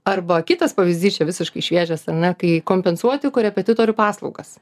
arba kitas pavyzdys čia visiškai šviežias ar ne kai kompensuoti korepetitorių paslaugas